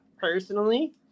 personally